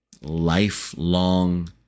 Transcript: lifelong